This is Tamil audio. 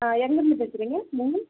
எங்கிருந்து பேசுகிறீங்க நீங்கள்